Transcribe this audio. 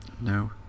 No